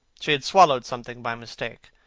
she had swallowed something by mistake,